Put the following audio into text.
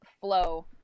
flow